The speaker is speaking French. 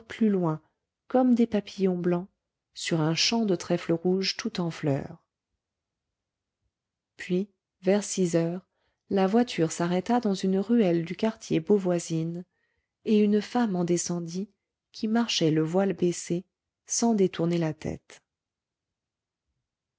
plus loin comme des papillons blancs sur un champ de trèfles rouges tout en fleur puis vers six heures la voiture s'arrêta dans une ruelle du quartier beauvoisine et une femme en descendit qui marchait le voile baissé sans détourner la tête